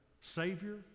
savior